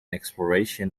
exploration